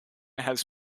has